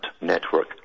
network